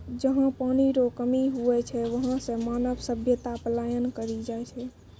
जहा पनी रो कमी हुवै छै वहां से मानव सभ्यता पलायन करी जाय छै